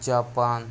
Japan